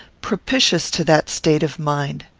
propitious to that state of mind.